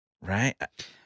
right